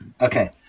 Okay